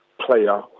player